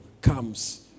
comes